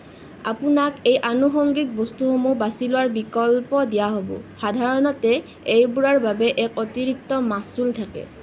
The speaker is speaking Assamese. আপোনাক এই আনুষংগিক বস্তুসমূহ বাছি লোৱাৰ বিকল্প দিয়া হ'ব সাধাৰণতে এইবোৰৰ বাবে এক অতিৰিক্ত মাচুল থাকে